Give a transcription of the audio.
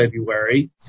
February